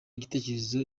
igitekerezo